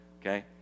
Okay